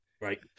right